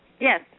Yes